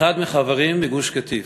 אחד מהחברים בגוש-קטיף,